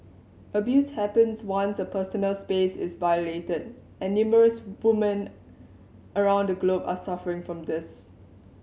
abuse happens once a personal space is violated and numerous women around the globe are suffering from this